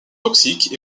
toxiques